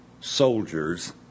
soldiers